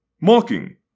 mocking